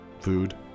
food